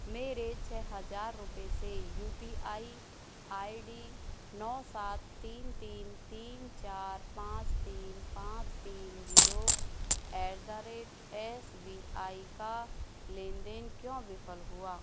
मेरे छः हजार रुपये से U P I I D नौ सात तीन तीन तीन चार पाँच तीन पाँच तीन zero at the rate S B I का लेनदेन क्यों विफल हुआ